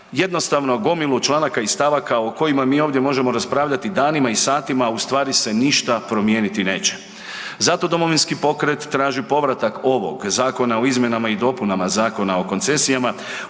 jednostavno gomilu članaka i stavaka o kojima mi ovdje možemo raspravljati danima i satima, a ustvari se ništa promijeniti neće. Zato Domovinski pokret traži povratak ovog zakona o izmjenama i dopunama Zakona o koncesijama